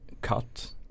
cut